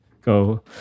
go